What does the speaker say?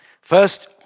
First